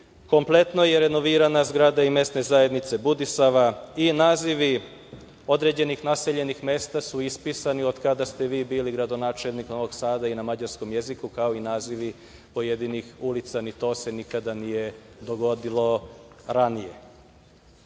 toga. Kompletno je renovirana zgrada i MZ Budisava i nazivi određenih naseljenih mesta su ispisani, od kada ste vi bili gradonačelnik Novog Sada, i na mađarskom jeziku kao i nazivi pojedinih ulica. Ni to se nikada nije dogodilo ranije. Možda